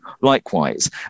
likewise